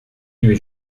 lui